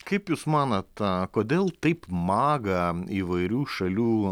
kaip jūs manot kodėl taip maga įvairių šalių